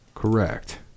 Correct